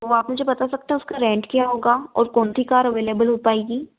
तो आप मुझे बता सकते हैं उसका रेंट क्या होगा और कौन सी कार अवेलेबल हो पाएगी